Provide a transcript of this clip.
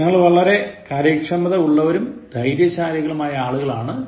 ഞങ്ങൾ വളരെ കാര്യക്ഷമത ഉള്ളവരും ധൈര്യശാലികളും ആയ ആളുകളാണ്